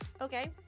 Okay